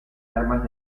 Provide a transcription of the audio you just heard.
armas